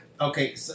Okay